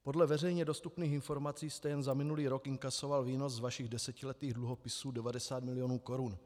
Podle veřejně dostupných informací jste jen za minulý rok inkasoval výnos z vašich desetiletých dluhopisů 90 milionů korun.